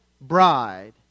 bride